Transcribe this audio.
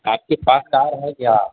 आपके पास कार है क्या